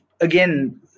again